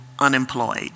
Unemployed